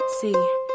See